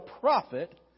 prophet